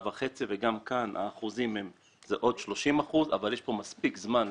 וחצי וגם כאן האחוזים זה עוד 30% אבל יש פה מספיק זמן להתארגן.